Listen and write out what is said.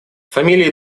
фамилии